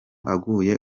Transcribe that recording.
aguye